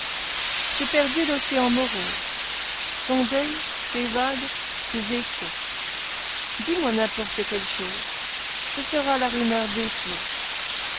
j'ai perdu l'océan morose son deuil ses vagues ses échos dis-moi n'importe quelle chose ce sera la rumeur des flots